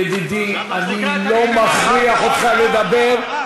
ידידי, אני לא מכריח אותך לדבר.